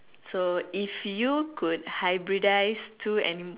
so if you could hybridize two animals